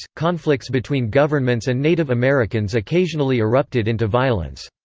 conflicts between governments and native americans occasionally erupted into violence.